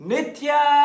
Nitya